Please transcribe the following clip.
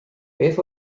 beth